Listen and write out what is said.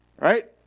Right